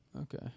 Okay